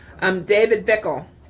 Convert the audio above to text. um david dekel.